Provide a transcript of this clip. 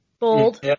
Bold